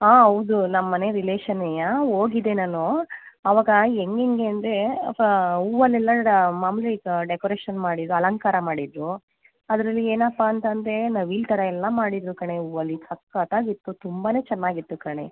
ಹಾಂ ಹೌದು ನಮ್ಮ ಮನೆ ರೀಲೇಶನ್ನೆಯ ಹೋಗಿದೆ ನಾನು ಅವಾಗ ಹೆಂಗ್ ಹೆಂಗೆ ಅಂದರೆ ಫ ಹೂವನ್ನು ಎಲ್ಲ ಮಾಮೂಲಿ ಡೆಕೋರೇಷನ್ ಮಾಡಿ ಅಲಂಕಾರ ಮಾಡಿದ್ದರು ಅದರಲ್ಲಿ ಏನಪ್ಪ ಅಂತಂದರೆ ನವಿಲು ಥರ ಎಲ್ಲ ಮಾಡಿದ್ದರು ಕಣೇ ಹೂವಲ್ಲಿ ಸಕ್ಕತ್ತಾಗಿತ್ತು ತುಂಬಾ ಚೆನ್ನಾಗಿತ್ತು ಕಣೇ